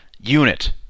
unit